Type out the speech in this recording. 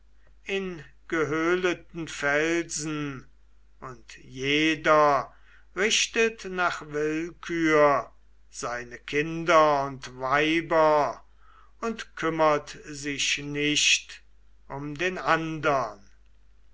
in gehöhleten felsen und jeder richtet nach willkür seine kinder und weiber und kümmert sich nicht um den andern